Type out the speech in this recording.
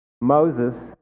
Moses